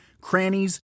crannies